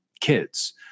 kids